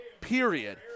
period